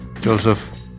Joseph